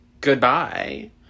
Goodbye